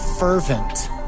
fervent